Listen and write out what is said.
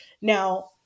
Now